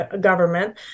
government